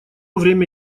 время